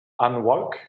unwoke